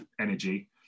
energy